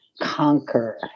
conquer